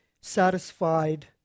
satisfied